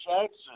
Jackson